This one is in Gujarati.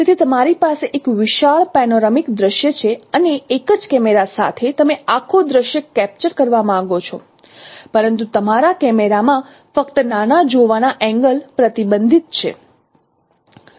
તેથી તમારી પાસે એક વિશાળ પેનોરેમિક દૃશ્ય છે અને એક જ કેમેરા સાથે તમે આખું દ્રશ્ય કેપ્ચર કરવા માંગો છો પરંતુ તમારા કેમેરામાં ફક્ત નાના જોવાનાં એંગલ પ્રતિબંધિત છે